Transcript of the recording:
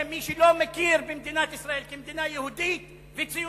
מי שלא מכיר במדינת ישראל כמדינה יהודית וציונית.